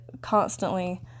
constantly